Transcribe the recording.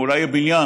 אולי יהיה בניין,